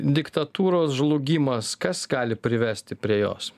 diktatūros žlugimas kas gali privesti prie jos